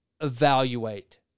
evaluate